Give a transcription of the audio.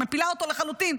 שמפילה אותו לחלוטין,